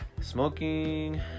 smoking